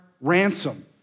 ransom